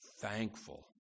thankful